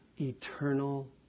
eternal